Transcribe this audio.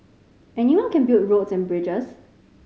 anyone can build roads and bridges